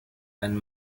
and